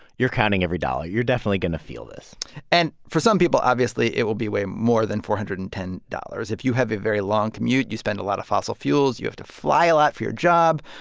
you're counting every dollar. you're definitely going to feel this and for some people, obviously, it will be way more than four hundred and ten dollars. if you have a very long commute, you spend a lot of fossil fuels, if you have to fly a lot for your job,